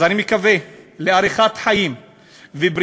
אז אני מאחל לו אריכות חיים ובריאות,